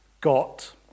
got